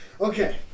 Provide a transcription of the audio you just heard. okay